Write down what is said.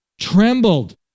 trembled